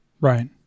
Right